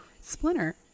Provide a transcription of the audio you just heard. Splinter